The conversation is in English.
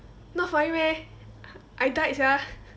not funny meh I died sia